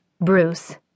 bruce